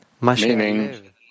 meaning